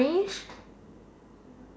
orange